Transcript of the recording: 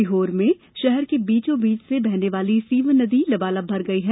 सीहोर में शहर के बीचो बीच से बहने वाली सीवन नदी लबालब भर गई है